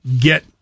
get